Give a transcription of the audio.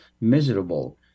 miserable